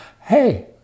hey